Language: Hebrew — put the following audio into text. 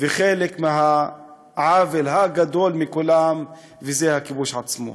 וחלק מהעוול הגדול מכולם, וזה הכיבוש עצמו.